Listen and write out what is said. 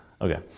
Okay